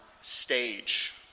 stage